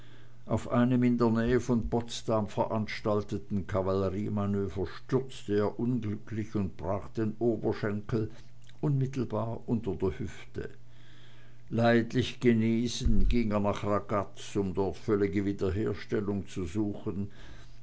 auf einem in der nähe von potsdam veranstalteten kavalleriemanöver stürzte er unglücklich und brach den oberschenkel unmittelbar unter der hüfte leidlich genesen ging er nach ragaz um dort völlige wiederherstellung zu suchen